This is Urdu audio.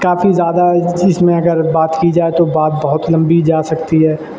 کافی زیادہ اس چیز میں اگر بات کی جائے تو بات بہت لمبی جا سکتی ہے